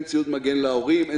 אין ציוד מגן להורים,